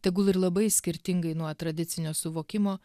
tegul ir labai skirtingai nuo tradicinio suvokimo